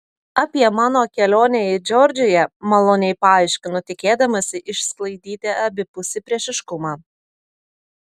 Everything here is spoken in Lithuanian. apie mano kelionę į džordžiją maloniai paaiškinu tikėdamasi išsklaidyti abipusį priešiškumą